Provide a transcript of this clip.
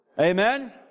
Amen